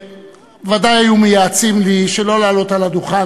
ודאי היו מייעצים לי שלא לעלות על הדוכן